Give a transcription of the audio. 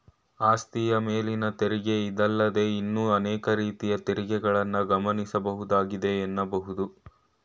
ಆಸ್ತಿಯ ಮೇಲಿನ ತೆರಿಗೆ ಇದಲ್ಲದೇ ಇನ್ನೂ ಅನೇಕ ರೀತಿಯ ತೆರಿಗೆಗಳನ್ನ ಗಮನಿಸಬಹುದಾಗಿದೆ ಎನ್ನಬಹುದು